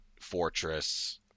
fortress